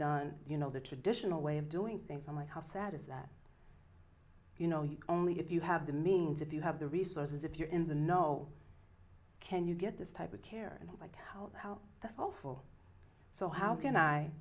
done you know the traditional way of doing things i'm like how sad is that you know you only if you have the means if you have the resources if you're in the know can you get this type of care like how how awful so how can i